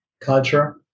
culture